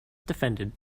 defended